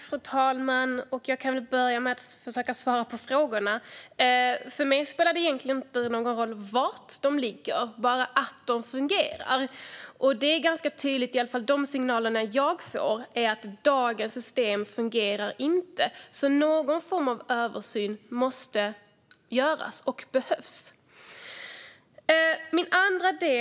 Fru talman! Låt mig börja med att svara på frågorna. För mig spelar det egentligen ingen roll var lagen ligger, utan bara att den fungerar. Enligt de signaler som jag får är det tydligt att dagens system inte fungerar. Någon form av översyn behövs och måste göras.